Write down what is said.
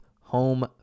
home